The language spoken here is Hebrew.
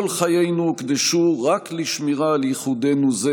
וכל חיינו הוקדשו רק לשמירה על ייחודנו זה